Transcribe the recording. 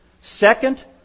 Second